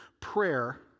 prayer